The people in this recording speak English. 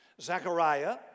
Zechariah